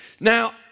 Now